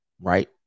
right